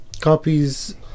copies